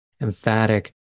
emphatic